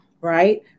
right